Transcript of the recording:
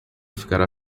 ficará